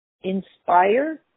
inspire